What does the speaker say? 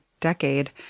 decade